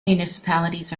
municipalities